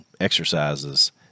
exercises